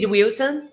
Wilson